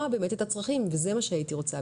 באמת את הצרכים וזה מה שהייתי באמת רוצה.